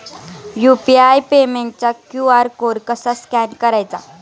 UPI पेमेंटचा QR code कसा scan करायचा?